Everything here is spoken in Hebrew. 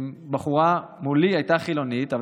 מבחורה שמולי היא הייתה חילונית אבל